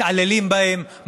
מתעללים בהם,